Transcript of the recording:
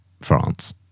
France